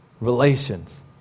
relations